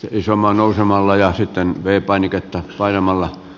isamaa nousemalla ja sitten vei painiketta painamalla